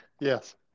Yes